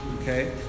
Okay